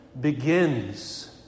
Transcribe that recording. begins